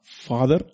father